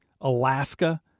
Alaska